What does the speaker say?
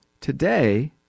today